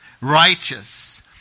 righteous